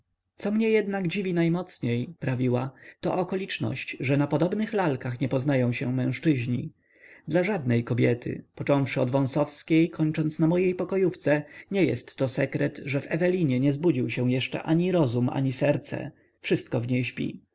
co mnie jednak dziwi najmocniej prawiła to okoliczność że na podobnych lalkach nie poznają się mężczyźni dla żadnej kobiety począwszy od wąsowskiej kończąc na mojej pokojówce nie jest to sekret że w ewelinie nie zbudził się jeszcze ani rozum ani serce wszystko w niej śpi